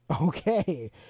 Okay